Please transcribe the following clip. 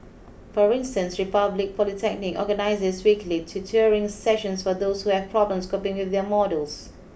for instance Republic Polytechnic organises weekly tutoring sessions for those who have problems coping with their modules